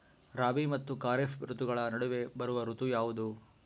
ರಾಬಿ ಮತ್ತು ಖಾರೇಫ್ ಋತುಗಳ ನಡುವೆ ಬರುವ ಋತು ಯಾವುದು?